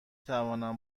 توانم